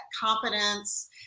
confidence